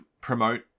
promote